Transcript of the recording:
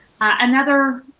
another